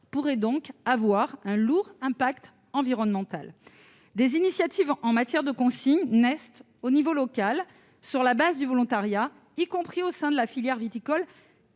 pourraient donc avoir un lourd impact environnemental. Des initiatives en matière de consigne naissent à l'échelon local sur la base du volontariat, y compris au sein de la filière viticole,